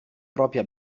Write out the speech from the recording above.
propria